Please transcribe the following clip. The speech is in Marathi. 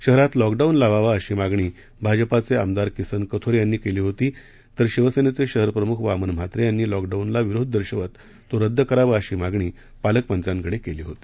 शहरात लॉकडाऊन लावावा अशी मागणी भाजपाचे आमदार किसन कथोरे यांनी केली होती तर शिवसेनेचे शहरप्रमुख वामन म्हात्रे यांनी लॉकडाउनला विरोध दर्शवत तो रद्द करावा अशी मागणी पालकमंत्र्यांकडे केली होती